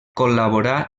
col·laborà